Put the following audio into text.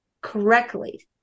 correctly